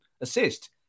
assist